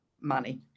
money